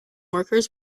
workers